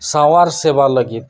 ᱥᱟᱶᱟᱨ ᱥᱮᱵᱟ ᱞᱟᱹᱜᱤᱫ